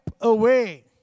away